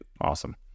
Awesome